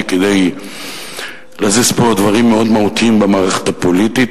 כדי להזיז פה דברים מאוד מהותיים במערכת הפוליטית,